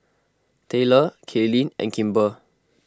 Tayler Kaylynn and Kimber